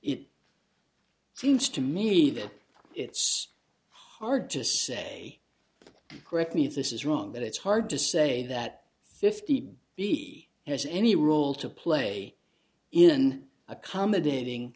it seems to me that it's hard to say correct me if this is wrong but it's hard to say that fifty b has any role to play in accommodating